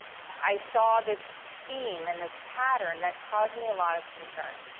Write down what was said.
i saw this theme and this pattern that caused me a lot of concern.